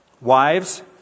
Wives